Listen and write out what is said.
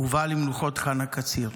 הובאה למנוחות בניר עוז חנה קציר,